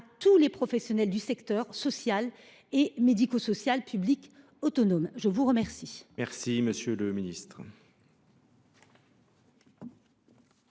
tous les professionnels du secteur social et médico social public autonome ? La parole